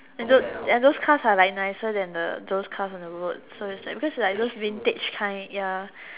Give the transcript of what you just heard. and those and those cars are like nicer than the those cars on the road so is like because like those vintage kind ya